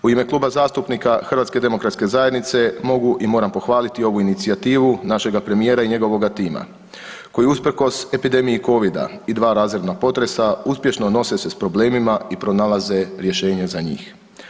U ime Kluba zastupnika HDZ-a mogu i moram pohvaliti ovu inicijativu našega premijera i njegovoga tema, koji je usprkos epidemiji Covida i 2 razorna potresa uspješno nose se s problemima i pronalaze rješenja za njih.